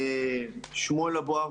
שמואל אבוהב,